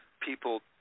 people